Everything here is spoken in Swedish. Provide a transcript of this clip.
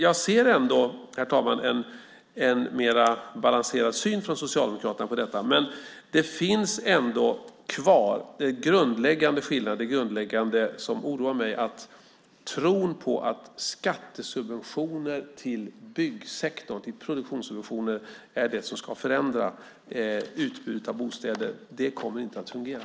Här ser jag, herr talman, en mer balanserad syn från Socialdemokraternas sida när det gäller denna fråga, men det finns ändå kvar grundläggande skillnader. Det som oroar mig är tron på att skattesubventioner till byggsektorn, produktionssubventioner, är det som ska förändra utbudet av bostäder. Det kommer inte att fungera.